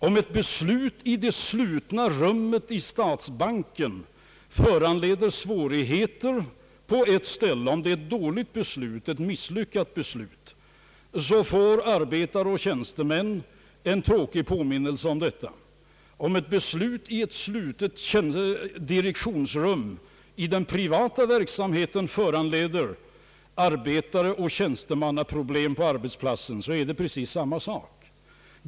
Om ett beslut i det slutna rummet i statsbanken föranleder ett dåligt resultat eller ett misslyckande, får arbetare och tjänstemän en tråkig påminnelse om det. Om ett beslut i ett slutet direktionsrum i den privata verksamheten föranleder arbetareoch tjänstemannaproblem på deras arbetsplatser, är det exakt samma sak.